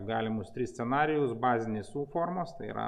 galimus tris scenarijus bazinės u formos tai yra